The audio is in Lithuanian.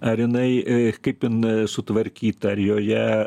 ar jinai kaip ten sutvarkyta ar joje